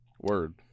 Word